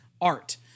art